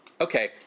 Okay